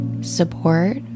support